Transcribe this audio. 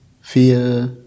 fear